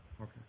Okay